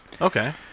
Okay